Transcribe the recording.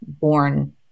born